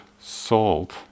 salt